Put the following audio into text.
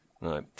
No